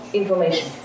information